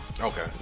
Okay